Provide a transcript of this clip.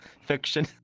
fiction